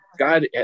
God